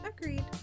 Agreed